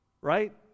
right